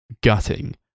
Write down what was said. gutting